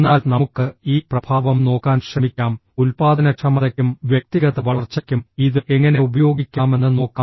എന്നാൽ നമുക്ക് ഈ പ്രഭാവം നോക്കാൻ ശ്രമിക്കാം ഉൽപ്പാദനക്ഷമതയ്ക്കും വ്യക്തിഗത വളർച്ചയ്ക്കും ഇത് എങ്ങനെ ഉപയോഗിക്കാമെന്ന് നോക്കാം